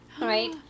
Right